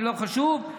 לא חשוב,